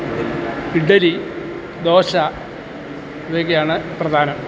ഇഡ്ഡലി ദോശ ഇവയൊക്കെയാണ് പ്രധാനം